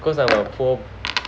cause I'm a poor